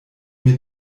mir